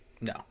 No